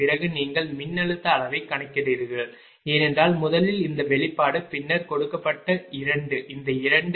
பிறகு நீங்கள் மின்னழுத்த அளவை கணக்கிடுகிறீர்கள் ஏனெனில் முதலில் இந்த வெளிப்பாடு பின்னர் கொடுக்கப்பட்ட 2 இந்த 2